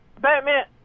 Batman